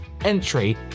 entry